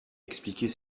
expliquer